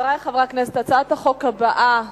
חברי חברי הכנסת, הצעת החוק הבאה,